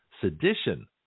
sedition